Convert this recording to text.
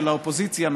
של האופוזיציה,